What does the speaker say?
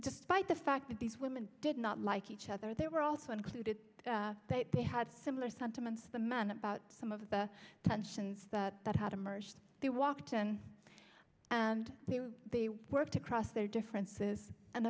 despite the fact that these women not like each other they were also included but they had similar sentiments the men about some of the tensions that that had emerged they walked in and they worked across their differences and